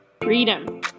freedom